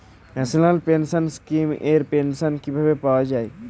National pension scheme এর pension কিভাবে পাওয়া যায়?